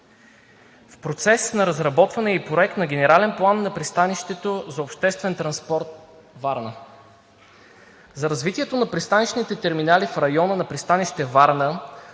В процес на разработване е и проект на генерален план на пристанището за обществен транспорт – Варна. За развитието на пристанищните терминали в района на пристанище Варна,